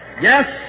Yes